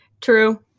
true